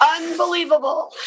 Unbelievable